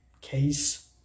case